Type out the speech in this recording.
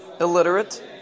illiterate